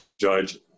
judge